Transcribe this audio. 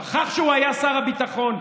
הוא שכח שהוא היה שר הביטחון.